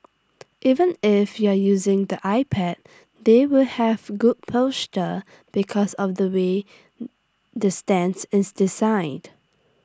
even if you're using the iPad they will have good posture because of the way the stands is designed